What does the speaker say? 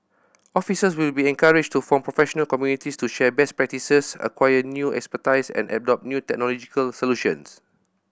officers will be encouraged to form professional communities to share best practices acquire new expertise and adopt new technological solutions